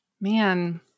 man